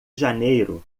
janeiro